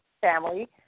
family